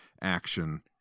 action